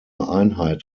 einheit